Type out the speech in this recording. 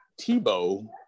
Tebow